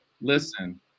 Listen